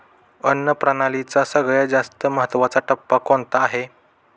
अन्न प्रणालीचा सगळ्यात जास्त महत्वाचा टप्पा कोणता आहे?